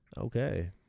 Okay